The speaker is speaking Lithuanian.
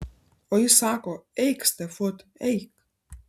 o jis sako eik stefut eik